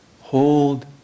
hold